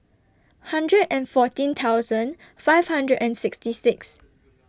hundred and fourteen thousand five hundred and sixty six